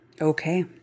Okay